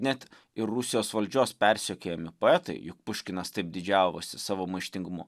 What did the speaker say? net ir rusijos valdžios persekiojami poetai juk puškinas taip didžiavosi savo maištingumu